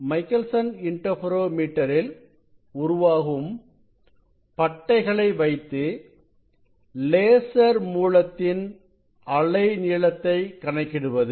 Michelson interferometer இல் உருவாகும் பட்டைகளை வைத்து லேசர் மூலத்தின் அலை நீளத்தை கணக்கிடுவது